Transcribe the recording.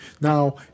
Now